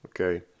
okay